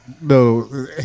No